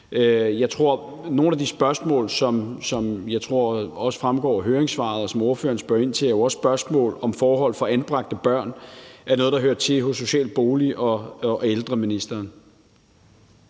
Nogle af de spørgsmål, som jeg tror også fremgår af høringssvaret, og som ordføreren spørger ind til, er jo også spørgsmål om forhold for anbragte børn. Og det er noget, der hører til hos social-, bolig- og ældreministeren.